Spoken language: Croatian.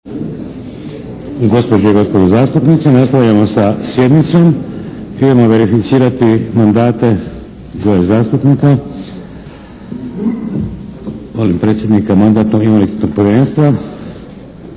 Gospođe i gospodo zastupnici nastavljamo sa sjednicom. Idemo verificirati mandate dvoje zastupnika. Molim predsjednika Mandatno-imunitetnog povjerenstva,